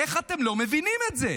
איך אתם לא מבינים את זה?